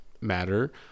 matter